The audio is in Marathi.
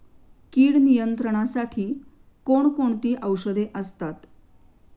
कीड नियंत्रणासाठी कोण कोणती औषधे असतात?